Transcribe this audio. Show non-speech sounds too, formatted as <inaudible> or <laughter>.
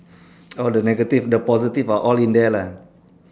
<noise> oh the negative the positive are all in there lah